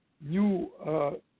new